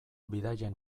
bidaien